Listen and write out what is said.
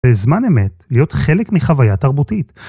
בזמן אמת, להיות חלק מחוויה תרבותית.